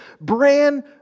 brand